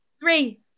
Three